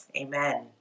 amen